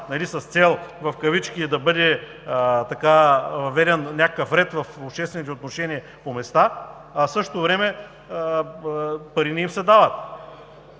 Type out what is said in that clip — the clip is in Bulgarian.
с цел в кавички да бъде въведен някакъв ред в обществените отношения по места, а в същото време пари не им се дават.